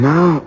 Now